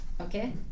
okay